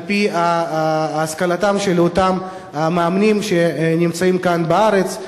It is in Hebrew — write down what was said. על-פי השכלתם של אותם מאמנים שנמצאים כאן בארץ,